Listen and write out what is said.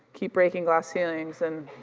keep breaking glass ceilings and